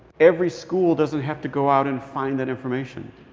every school doesn't have to go out and find that information.